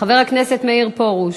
חבר הכנסת מאיר פרוש,